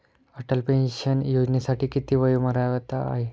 Atal pension योजनेसाठी किती वयोमर्यादा आहे?